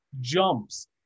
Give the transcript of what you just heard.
jumps